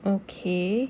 okay